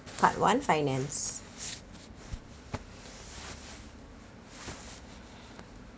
part one finance